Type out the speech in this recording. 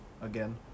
again